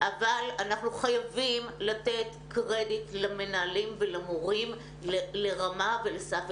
אבל אנחנו חייבים לתת קרדיט למנהלים ולמורים לרמה ולסף,